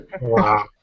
Wow